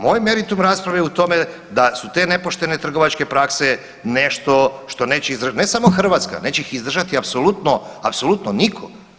Moj meritum rasprave je u tome da su te nepoštene trgovački prakse nešto što neće ne samo Hrvatska, neće ih izdržati apsolutno, apsolutno nitko.